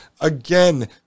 again